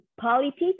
politics